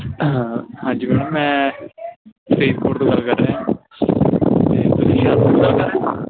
ਹਾਂ ਹਾਂਜੀ ਮੈਡਮ ਮੈਂ ਫਰੀਦਕੋਟ ਤੋਂ ਗੱਲ ਕਰ ਰਿਹਾ